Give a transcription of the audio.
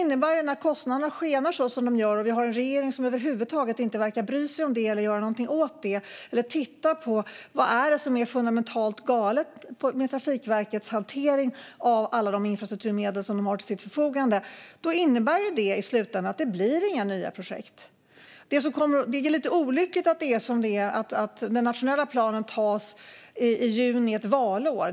När kostnaderna skenar som de gör och vi har en regering som över huvud taget inte verkar bry sig om det eller göra någonting åt det eller titta på vad som är fundamentalt galet med Trafikverkets hantering av alla de infrastrukturmedel som de har till sitt förfogande innebär det i slutändan att det inte blir några nya projekt. Det är lite olyckligt att det är som det är och att den nationella planen antas i juni ett valår.